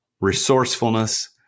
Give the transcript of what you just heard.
resourcefulness